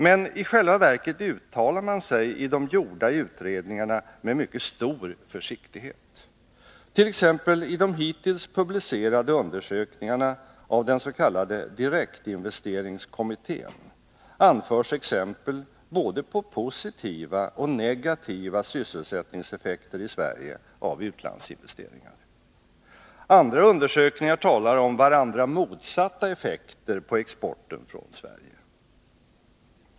Men i själva verket uttalar man sig i de gjorda utredningarna med mycket stor försiktighet. T. ex. i de hittills publicerade undersökningarna av dens.k. direktinvesteringskommittén anförs exempel på både positiva och negativa sysselsättningseffekter i Sverige av utlandsinvesteringar. Andra undersökningar talar om varandra motsatta effekter på exporten från Sverige.